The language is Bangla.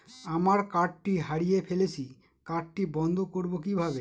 আমার কার্ডটি হারিয়ে ফেলেছি কার্ডটি বন্ধ করব কিভাবে?